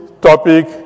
topic